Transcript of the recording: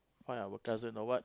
find our cousin or what